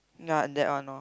yeah and that one lor